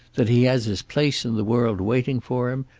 that he has his place in the world waiting for him,